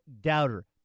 doubter